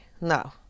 No